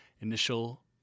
initial